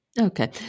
Okay